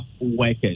workers